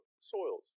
soils